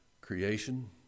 Creation